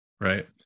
right